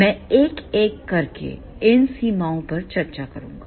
मैं एक एक करके इन सीमाओं पर चर्चा करूंगा